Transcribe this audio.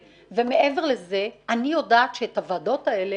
מעבר לזה, אני יודעת שאת הוועדות האלה